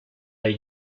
hay